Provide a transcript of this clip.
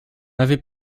avais